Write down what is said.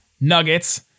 Nuggets